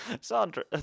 Sandra